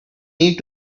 need